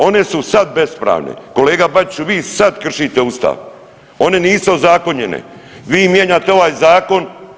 One su sad bespravne, kolega Bačiću vi sad kršite ustav, one nisu ozakonjene, vi mijenjate ovaj zakon.